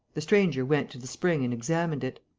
the stranger went to the spring and examined it.